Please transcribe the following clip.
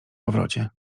powrocie